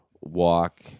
walk